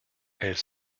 elles